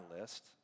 list